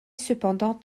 cependant